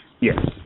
yes